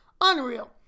unreal